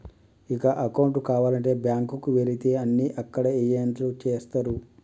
ఇక అకౌంటు కావాలంటే బ్యాంకుకి వెళితే అన్నీ అక్కడ ఏజెంట్లే చేస్తరు